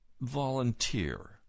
volunteer